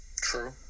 True